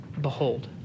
behold